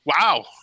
Wow